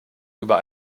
über